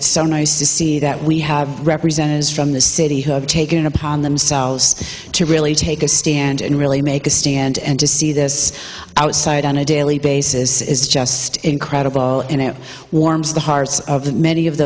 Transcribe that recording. it's so nice to see that we have representatives from the city who have taken it upon themselves to really take a stand and really make a stand and to see this outside on a daily basis is just incredible and it warms the hearts of the many of